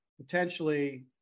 potentially